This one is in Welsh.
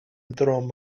drwm